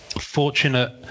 Fortunate